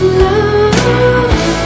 love